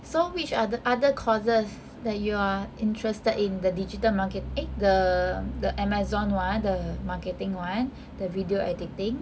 so which are the other courses that you are interested in the digital market~ eh the the amazon [one] the marketing [one] the video editing